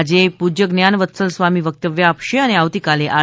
આજે પૂજ્ય જ્ઞાન વત્સલ સ્વામિ વક્તવ્ય આપશે અને આવતીકાલે આર